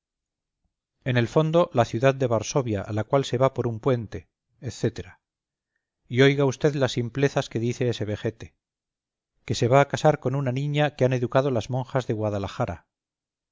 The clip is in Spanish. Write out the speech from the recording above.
en el fondo la ciudad de varsovia a la cual se va por un puente etc y oiga usted las simplezas que dice ese vejete que se va a casar con una niña que han educado las monjas de guadalajara